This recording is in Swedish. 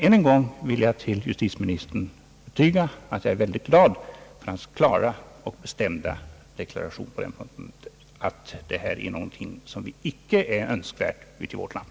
Än en gång vill jag för justitieministern betyga att jag är glad över hans klara och bestämda deklaration, att det här är något som inte är önskvärt i vårt land.